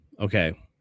okay